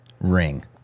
ring